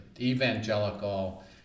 evangelical